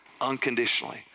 unconditionally